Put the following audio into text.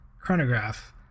chronograph